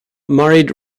married